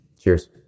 Cheers